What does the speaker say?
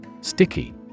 Sticky